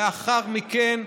לאחר מכן,